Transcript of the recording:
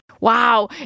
wow